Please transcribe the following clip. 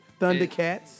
Thundercats